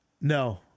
No